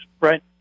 right